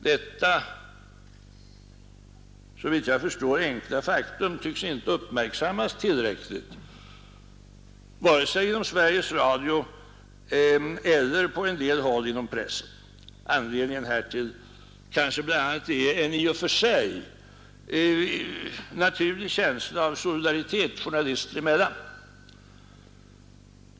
Detta såvitt jag förstår enkla faktum tycks inte uppmärksammas tillräckligt vare sig inom Sveriges Radio eller på en del håll inom pressen. Anledningen härtill kanske bl.a. är en i och för sig naturlig känsla av solidaritet journalister emellan.